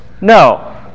No